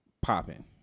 popping